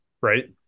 right